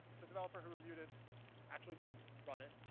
the developer who reviewed it actually did run it,